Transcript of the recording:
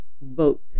vote